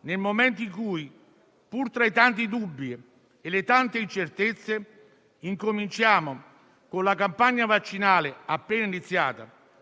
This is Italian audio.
nel momento in cui, pur tra i tanti dubbi e le tante incertezze, con la campagna vaccinale appena iniziata